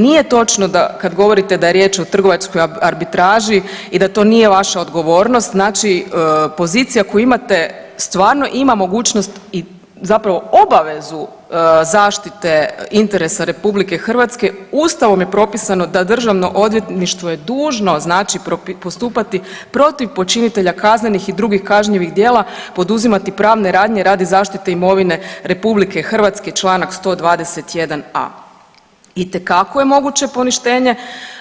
Nije točno da, kad govorite da je riječ o trgovačkoj arbitraži i da to nije vaša odgovornost, znači pozicija koju imate stvarno ima mogućnost i zapravo obavezu zaštite interesa RH, Ustavom je propisano da DORH je dužno znači postupati protiv počinitelja kaznenih i drugih kažnjivih djela, poduzimati pravne radnje radi zaštite imovine RH, čl. 121a. Itekako je moguće poništenje